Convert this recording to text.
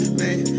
man